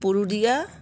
Purulia